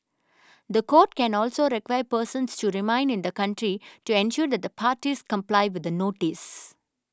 the court can also require persons to remain in the country to ensure that the parties comply with the notice